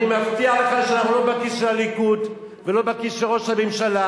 אני מבטיח לך שאנחנו לא בכיס של הליכוד ולא בכיס של ראש הממשלה,